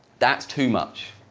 that's too much,